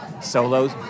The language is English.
solos